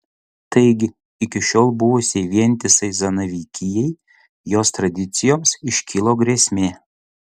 taigi iki šiol buvusiai vientisai zanavykijai jos tradicijoms iškilo grėsmė